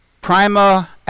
prima